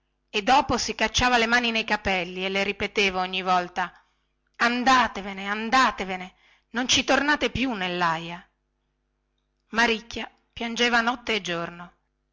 e dopo si cacciava le mani nei capelli e le ripeteva ogni volta andatevene andatevene non ci tornate più nellaia maricchia piangeva notte e giorno